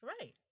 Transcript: right